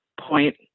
point